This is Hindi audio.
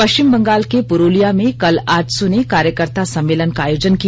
पश्चिम बंगाल के पुरुलिया में कल आजसू ने कार्यकर्ता सम्मेलन का आयोजन किया